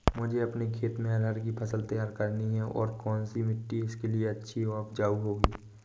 मुझे अपने खेत में अरहर की फसल तैयार करनी है और कौन सी मिट्टी इसके लिए अच्छी व उपजाऊ होगी?